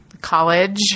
college